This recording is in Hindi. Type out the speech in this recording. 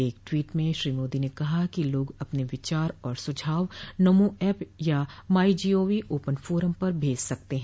एक टवीट में श्री मोदी ने कहा कि लोग अपने विचार और सुझाव नमो ऐप या माई जीओवी ओपन फोरम पर भेज सकते हैं